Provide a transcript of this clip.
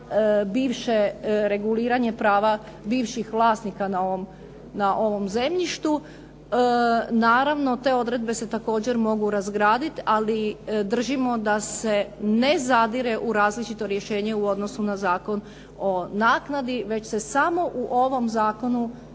bivše reguliranje prava bivših vlasnika na ovom zemljištu. Naravno, te odredbe se također mogu razgradit, ali držimo da se ne zadire u različito rješenje u odnosu na Zakon o naknadi, već se samo u ovom zakonu